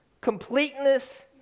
completeness